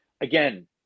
Again